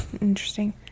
Interesting